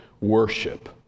worship